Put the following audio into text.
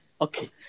Okay